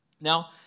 Now